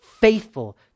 faithful